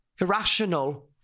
irrational